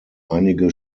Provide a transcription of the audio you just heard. einige